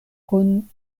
kun